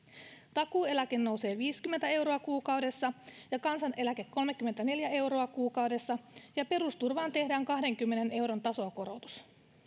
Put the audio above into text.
takuueläke nousee viisikymmentä euroa kuukaudessa ja kansaneläke kolmekymmentäneljä euroa kuukaudessa ja perusturvaan tehdään kahdenkymmenen euron tasokorotus